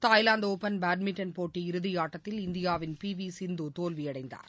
Thailand open badminton போட்டி இறுதிபாட்டத்தில் இந்தியாவின் பி வி சிந்து தோல்வியடைந்தார்